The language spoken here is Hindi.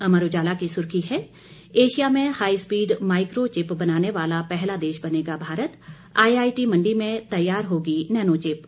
अमर उजाला की सुर्खी है एशिया में हाई स्पीड माईको चिप बनाने वाला पहला देश बनेगा भारत आईआईटी मंडी में तैयार होगी नैनो चिप